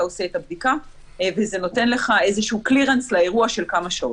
עושה את הבדיקה וזה נותן לך איזשהו קלירנס לאירוע של כמה שעות.